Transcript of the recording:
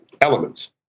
elements